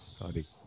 Sorry